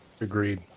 Agreed